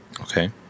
Okay